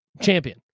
champion